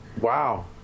Wow